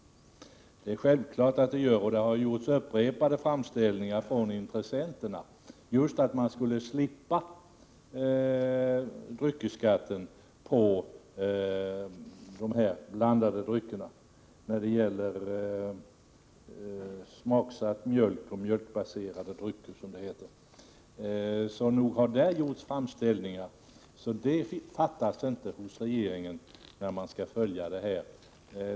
Det är klart att den gör det, och det har gjorts upprepade framställningar från intressenterna just om att slippa dryckesskatten på smaksatt mjölk och mjölkbaserade drycker, som det heter. Nog har det gjorts framställningar, så det fattas inte underlag för regeringen när den skall ta ställning.